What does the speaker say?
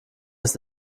ist